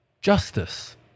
justice